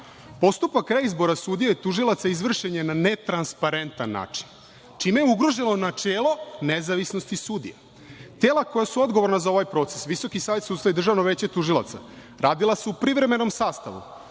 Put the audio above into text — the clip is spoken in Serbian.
„Postupak reizbora sudija i tužilaca izvršen je na netransparentan način, čime je ugroženo načelo nezavisnosti sudija.“ Tela koja su odgovorna za ovaj proces – Visoki savet sudstva i Državno veće tužilaca, radila su u privremenom sastavu,